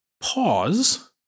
pause